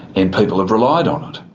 and people have relied on it.